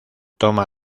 toma